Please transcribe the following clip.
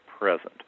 present